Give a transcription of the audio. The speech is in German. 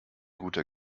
guter